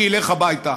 ילך הביתה.